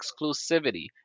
exclusivity